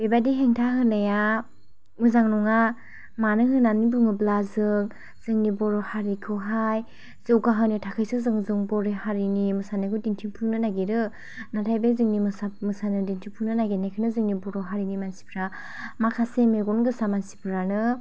बेबाइदि हेंथा होनाया मोजां नङा मानो होन्नानै बुङोब्ला जों जोंनि बर' हारिखौहाय जौगाहोनो थाखाइसो जों जोंनि बर' हारिनि मोसानायखौ दिन्थिफु़ंनो नागिरो नाथाय बे जोंनि मोसा मोसानो दिन्थिफुंनो नागिनायखौनो जोंनि बर' हारिनि मानसिफ्रा माखासे मेगन गोसा मानसिफ्रानो